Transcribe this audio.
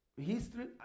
History